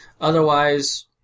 Otherwise